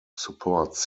supports